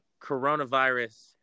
coronavirus